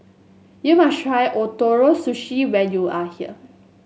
you must try Ootoro Sushi when you are here